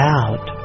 out